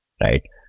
right